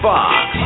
Fox